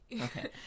Okay